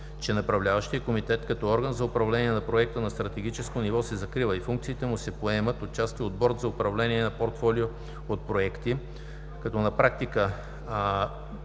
че Направляващият комитет като орган за управление на проекта на стратегическо ниво се закрива и функциите му се поемат отчасти от Борд за управление на портфолио от проекти. На практика